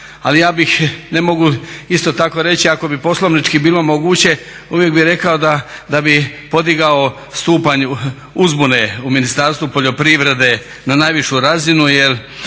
Ali ja bih … isto tako reći ako bi poslovnički bilo moguće uvijek bi rekao da bi podigao stupanj uzbune u Ministarstvu poljoprivrede na najvišu razinu